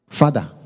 father